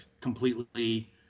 completely